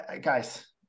guys